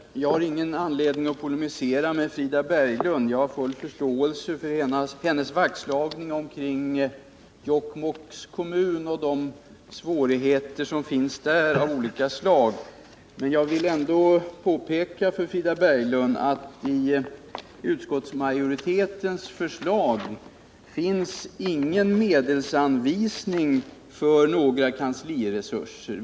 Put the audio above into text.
Herr talman! Jag har ingen anledning att polemisera med Frida Berglund. Jag har full förståelse för att hon slår vakt om Jokkmokks kommun med de svårigheter av olika slag som finns där. Men jag vill ändå påpeka för Frida Berglund att det i utskottsmajoritetens förslag inte finns någon medelsanvisning för några kansliresurser.